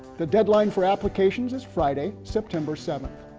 the deadline for applications is friday, september seventh.